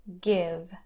give